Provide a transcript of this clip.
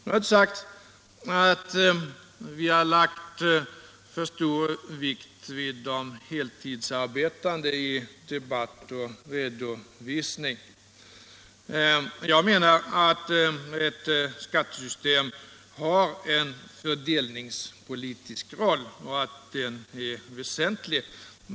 Det har sagts att vi lagt för stor vikt vid de heltidsarbetande i debatt och redovisning. Jag menar att ett skattesystem har en fördelningspolitisk roll och att den är väsentlig.